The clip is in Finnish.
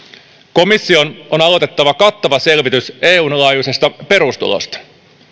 komission on aloitettava kattava selvitys eun laajuisesta perustulosta